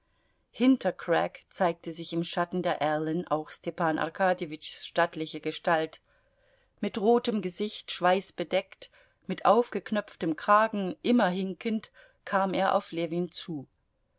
hinter crack zeigte sich im schatten der erlen auch stepan arkadjewitschs stattliche gestalt mit rotem gesicht schweißbedeckt mit aufgeknöpftem kragen immer hinkend kam er auf ljewin zu